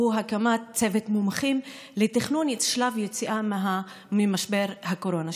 והוא הקמת צוות מומחים לתכנון שלב היציאה ממשבר הקורונה.